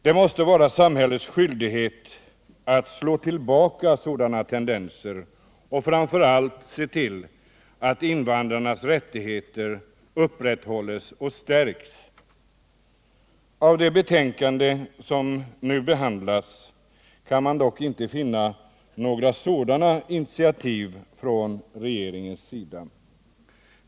Det måste vara samhällets skyldighet att slå tillbaka sådana tendenser och framför allt att se till att invandrarnas rättigheter upprätthålls och stärks. I det betänkande som nu behandlas kan man dock inte finna några sådana initiativ från regeringens sida.